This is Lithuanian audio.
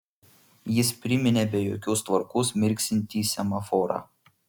jis priminė be jokios tvarkos mirksintį semaforą